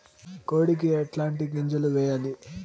కోడికి ఎట్లాంటి గింజలు వేయాలి?